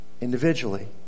Individually